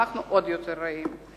אנחנו עוד יותר רעים,